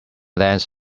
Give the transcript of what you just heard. lends